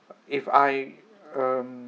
if I um